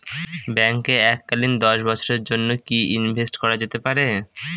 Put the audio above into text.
ব্যাঙ্কে এককালীন দশ বছরের জন্য কি ইনভেস্ট করা যেতে পারে?